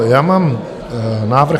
Já mám návrh...